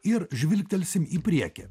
ir žvilgtelsim į priekį